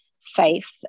faith